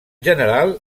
general